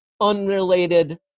unrelated